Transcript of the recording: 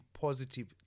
positive